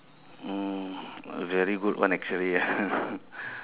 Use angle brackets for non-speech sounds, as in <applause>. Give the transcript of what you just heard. oh a very good one actually ah <laughs>